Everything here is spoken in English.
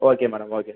okay madam okay